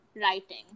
writing